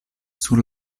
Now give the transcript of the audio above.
sur